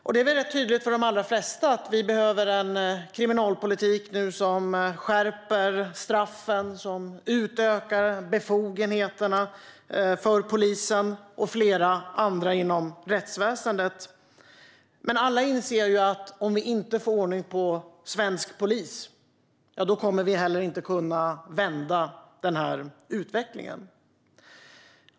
Det är väldigt tydligt för de allra flesta att vi behöver en kriminalpolitik som skärper straffen och utökar befogenheterna för polisen och flera andra inom rättsväsendet. Men alla inser att om vi inte får ordning på svensk polis kommer vi heller inte att kunna vända utvecklingen.